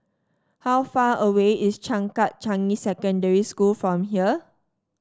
how far away is Changkat Changi Secondary School from here